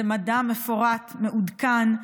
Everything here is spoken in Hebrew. מדע מפורט, מעודכן,